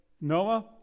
Noah